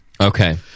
Okay